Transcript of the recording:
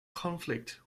conflict